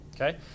Okay